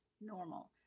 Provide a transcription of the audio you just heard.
normal